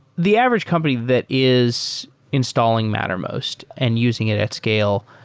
the average company that is installing mattermost and using it at scale.